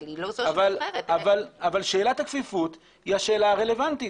אבל שאלת הכפיפות היא השאלה הרלוונטית,